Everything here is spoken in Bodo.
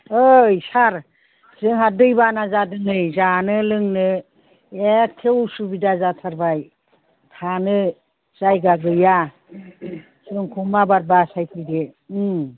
ओइ सार जोंहा दैबाना जादों नै जानो लोंनो एखे असुबिदा जाथारबाय थानो जायगा गैया जोंखौ माबार बासायफैदो